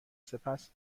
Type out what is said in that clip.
سپس